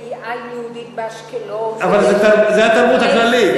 "עין יהודית" באשקלון, אבל זו התרבות הכללית.